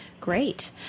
Great